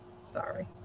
Sorry